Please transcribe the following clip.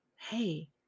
Hey